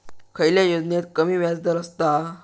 खयल्या योजनेत कमी व्याजदर असता?